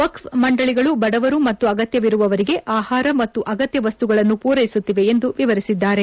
ವಕ್ಷ ಮಂಡಳಿಗಳು ಬಡವರು ಮತ್ತು ಅಗತ್ಯವಿರುವವರಿಗೆ ಆಹಾರ ಮತ್ತು ಅಗತ್ಯ ವಸ್ತುಗಳನ್ನು ಪೂರೈಸುತ್ತಿವೆ ಎಂದು ವಿವರಿಸಿದ್ದಾರೆ